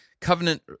Covenant